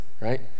right